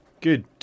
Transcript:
Good